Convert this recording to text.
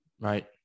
Right